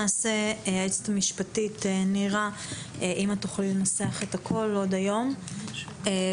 היועצת המשפטית של הוועדה תנסה למצוא את הנוסח עוד היום ונמצא